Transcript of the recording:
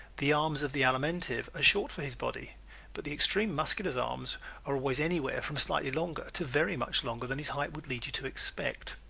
the arms of the alimentive are short for his body but the extreme muscular's arms are always anywhere from slightly longer to very much longer than his height would lead you to expect.